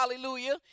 hallelujah